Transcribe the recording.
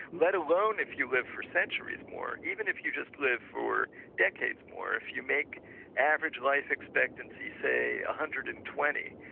let alone if you live for centuries more. even if you just live for decades more, if you make average life expectancy say one ah hundred and twenty,